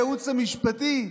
הייעוץ המשפטי?